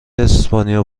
اسپانیا